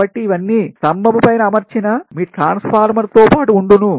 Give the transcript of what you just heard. కాబట్టి ఇవన్నీ స్తంభము పైన అమర్చిన మీ ట్రాన్స్ఫార్మర్ తో పాటు ఉండును